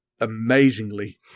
amazingly